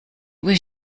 was